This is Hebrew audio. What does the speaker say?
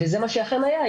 זה מה שאכן היה.